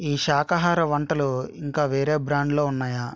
ఈ శాకాహార వంటలు ఇంకా వేరే బ్రాండ్లో ఉన్నాయా